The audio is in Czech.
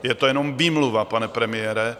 Je to jenom výmluva, pane premiére.